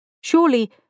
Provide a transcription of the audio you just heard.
Surely